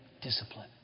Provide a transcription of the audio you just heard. discipline